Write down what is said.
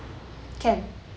can